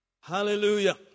Hallelujah